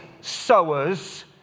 sowers